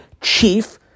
chief